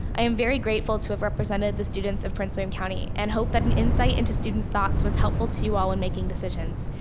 i am very grateful to have represented the students of prince william county. and hope that an insight into students' thoughts was helpful to you in in making decisions.